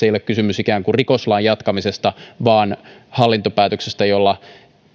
ei ole kysymys ikään kuin rikoslain jatkamisesta vaan hallintopäätöksestä jolla